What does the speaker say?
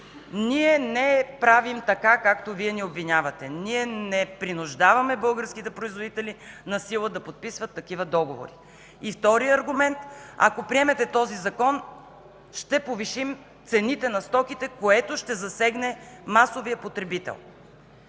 ние не правим така, както Вие ни обвинявате, ние не принуждаваме българските производители насила да подписват такива договори. Вторият аргумент: ако приемете този закон, ще повишим цените на стоките, което ще засегне масовия потребител.